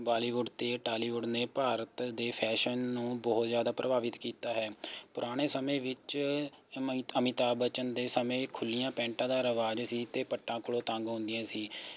ਬਾਲੀਵੁੱਡ ਅਤੇ ਟਾਲੀਵੁੱਡ ਨੇ ਭਾਰਤ ਦੇ ਫੈਸ਼ਨ ਨੂੰ ਬਹੁਤ ਜ਼ਿਆਦਾ ਪ੍ਰਭਾਵਿਤ ਕੀਤਾ ਹੈ ਪੁਰਾਣੇ ਸਮੇਂ ਵਿੱਚ ਅਮੀ ਅਮਿਤਾਬ ਬੱਚਨ ਦੇ ਸਮੇਂ ਖੁੱਲੀਆਂ ਪੈਟਾਂ ਦਾ ਰਿਵਾਜ ਸੀ ਅਤੇ ਪੱਟਾਂ ਕੋਲੋ ਤੰਗ ਹੁੰਦੀਆਂ ਸੀ